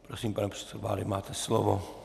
Prosím, pane předsedo vlády, máte slovo.